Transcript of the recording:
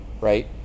right